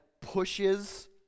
pushes